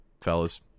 fellas